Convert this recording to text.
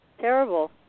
Terrible